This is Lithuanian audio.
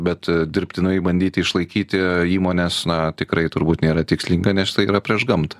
bet dirbtinai bandyti išlaikyti įmones na tikrai turbūt nėra tikslinga nes tai yra prieš gamtą